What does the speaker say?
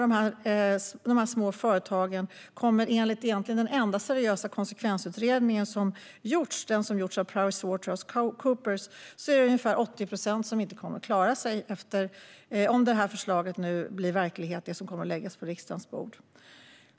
Enligt den egentligen enda seriösa konsekvensutredning som gjorts - den har gjorts av Pricewaterhouse Coopers - är det ungefär 80 procent av dessa små företag som inte kommer att klara sig om det förslag som kommer att läggas på riksdagens bord nu blir verklighet.